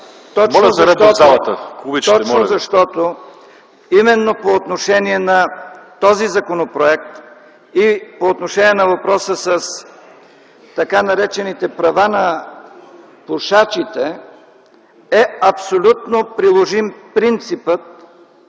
Точно защото именно по отношение на този законопроект и по отношение на въпроса с така наречените права на пушачите е абсолютно приложим принципът,